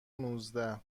نوزده